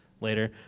later